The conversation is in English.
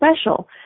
special